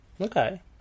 Okay